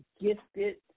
gifted